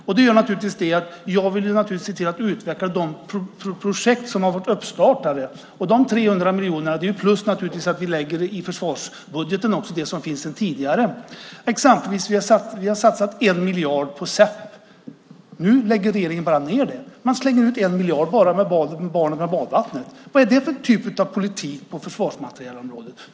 Detta gör att jag naturligtvis vill se till att utveckla de projekt som har startats. De 300 miljonerna är förutom det som tidigare finns i försvarsbudgeten. Exempelvis har vi satsat 1 miljard på SEP. Nu lägger regeringen bara ned det. Man slänger ut 1 miljard och barnet med badvattnet. Vad det är för typ av politik på försvarsmaterielområdet?